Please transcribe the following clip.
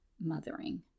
mothering